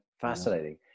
fascinating